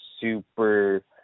super